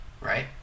Right